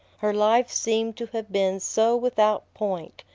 her life seemed to have been so without point,